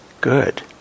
good